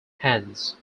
hands